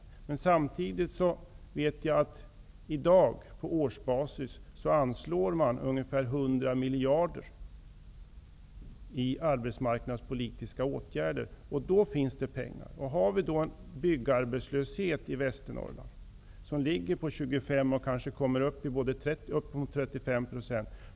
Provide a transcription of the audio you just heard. Men samtidigt vet jag att man i dag på årsbasis anslår ungefär 100 miljarder till arbetsmarknadspolitiska åtgärder. Då finns det pengar. Vi har en byggarbetslöshet i Västernorrland på 25 %. Den kanske kommer upp i 30 eller 35 %.